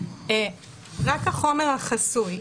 רק החומר החסוי,